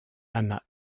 hanna